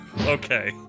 Okay